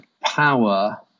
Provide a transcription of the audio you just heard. power